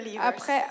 après